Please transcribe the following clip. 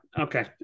okay